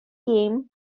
game